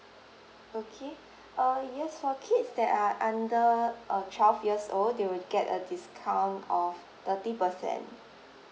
okay uh yes for kids that are under uh twelve years old they will get a discount of thirty percent